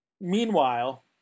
Meanwhile